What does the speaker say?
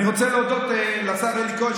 אני רוצה להודות לשר אלי כהן,